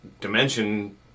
dimension